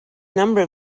number